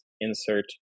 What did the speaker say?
insert